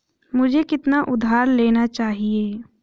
मुझे कितना उधार लेना चाहिए?